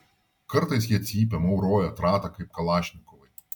kartais jie cypia mauroja trata kaip kalašnikovai